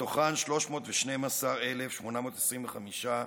מתוכן 312,825,